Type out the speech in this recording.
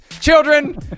children